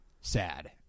sad